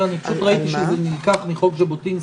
ראיתי שזה נלקח מחוק ז'בוטינסקי,